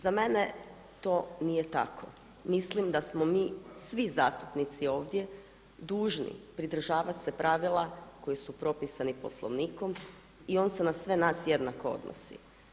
Za mene to nije tako, mislim da smo mi svi zastupnici ovdje dužni pridržavati se pravila koja su propisana Poslovnikom i on se na sve nas jednako odnosi.